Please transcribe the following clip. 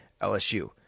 LSU